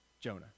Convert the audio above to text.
Jonah